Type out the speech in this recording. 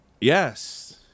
Yes